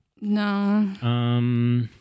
No